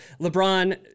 LeBron